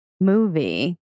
movie